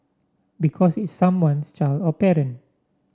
because it's someone's child or parent